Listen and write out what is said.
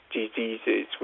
diseases